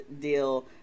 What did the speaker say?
deal